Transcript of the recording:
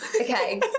Okay